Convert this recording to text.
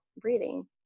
breathing